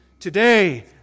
Today